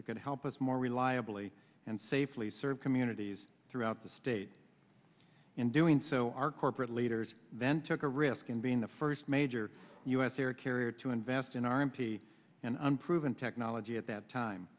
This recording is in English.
that could help us more reliably and safely serve communities throughout the state in doing so our corporate leaders then took a risk in being the first major u s air carrier to invest in our m p and unproven technology at that time